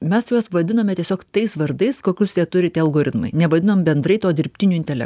mes juos vadinome tiesiog tais vardais kokius jie turi tie algoritmai nevadinom bendrai tuo dirbtiniu intele